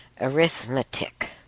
arithmetic